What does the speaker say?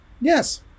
Yes